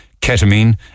ketamine